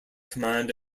command